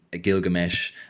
Gilgamesh